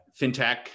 fintech